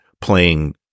playing